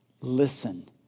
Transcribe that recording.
Listen